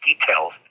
details